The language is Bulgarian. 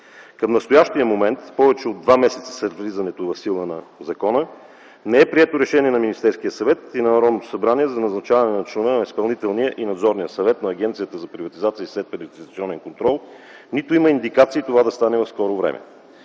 Към настоящия момент, повече от два месеца след влизането в сила на закона, не е прието решение на Министерския съвет и на Народното събрание за назначаване на членове на Изпълнителния и Надзорния съвет на Агенцията за приватизация и следприватизационен контрол, нито има индикации това да стане в скоро време.